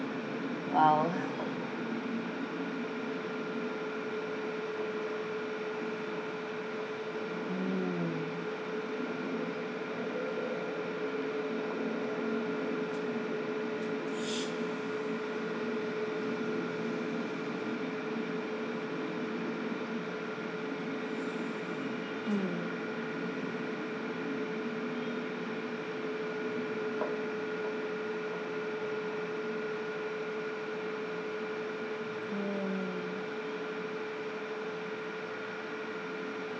!wow! mm mm mm